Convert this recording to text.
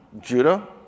Judah